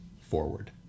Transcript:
forward